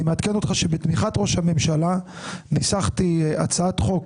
אני מעדכן אותך שבתמיכת ראש הממשלה ניסחתי הצעת חוק